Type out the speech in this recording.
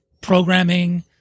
programming